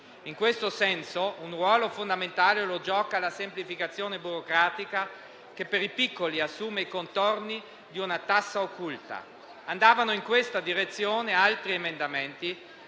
In questo senso, gioca un ruolo fondamentale la semplificazione burocratica che, per i piccoli, assume i contorni di una tassa occulta. Andavano in questa direzione altri emendamenti